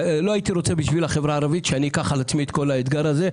לא הייתי רוצה בשביל החברה הערבית שאני אקח על עצמי את כל האתגר הזה.